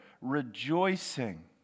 rejoicing